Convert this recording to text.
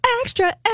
extra